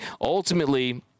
ultimately